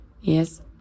yes